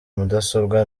mudasobwa